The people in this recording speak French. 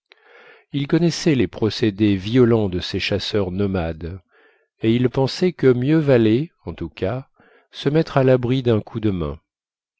il connaissait les procédés violents de ces chasseurs nomades et il pensait que mieux valait en tout cas se mettre à l'abri d'un coup de main